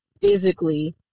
physically